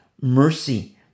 mercy